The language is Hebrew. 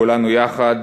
כולנו יחד,